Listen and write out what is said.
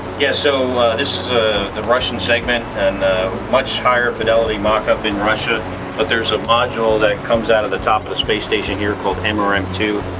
yeah so this is the russian segment and a much higher fidelity mock up in russia but there's a module that and comes out of the top of the space station here called m r m two.